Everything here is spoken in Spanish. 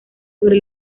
sobre